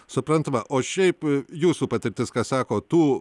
suprantama o šiaip jūsų patirtis ką sako tų